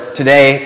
today